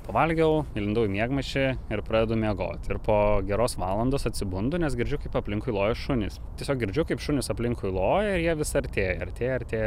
pavalgiau įlindau į miegmaišį ir pradedu miegot ir po geros valandos atsibundu nes girdžiu kaip aplinkui loja šunys tiesiog girdžiu kaip šunys aplinkui loja ir jie vis artėja artėja artėja